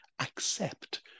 accept